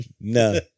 No